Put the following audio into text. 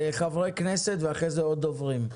חברי הכנסת ואחרי זה עוד דוברים.